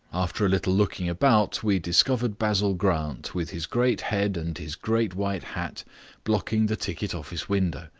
after a little looking about we discovered basil grant with his great head and his great white hat blocking the ticket-office window.